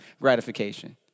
gratification